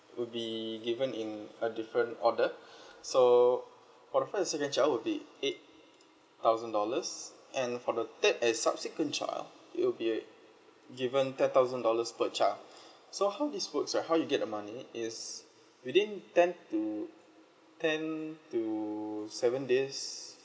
would be given in a different order so for the first and second child would be eight thousand dollars and for the third and subsequent child it'll be uh given ten thousand dollars per child so how this works right how you get the money is within ten to ten to seen days